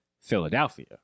philadelphia